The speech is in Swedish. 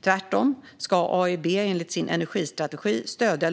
Tvärtom ska AIIB enligt sin energistrategi stödja